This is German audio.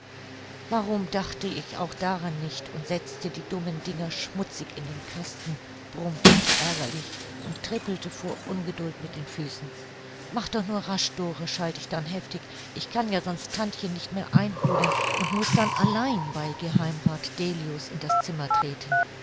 warum dachte ich auch daran nicht und setzte die dummen dinger schmutzig in den kasten brummte ich ärgerlich und trippelte vor ungeduld mit den füßen mach doch nur rasch dore schalt ich dann heftig ich kann ja sonst tantchen nicht mehr einholen und muß dann allein bei geh rath delius in das zimmer treten